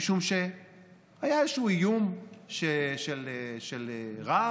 משום שהיה איזשהו איום של רע"מ,